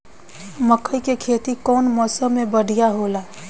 मकई के खेती कउन मौसम में बढ़िया होला?